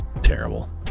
Terrible